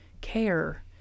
care